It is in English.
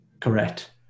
Correct